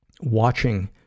watching